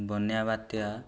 ବନ୍ୟା ବାତ୍ୟା